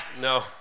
No